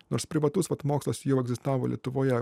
nors privatus mokslas jau egzistavo lietuvoje